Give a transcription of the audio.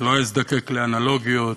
לא אזדקק לאנלוגיות,